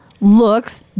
looks